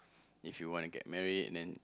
if you want to get married and then